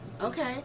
Okay